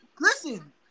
listen